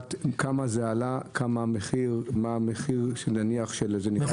לדעת כמה זה עלה, מה המחיר לחקלאי.